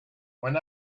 when